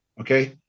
okay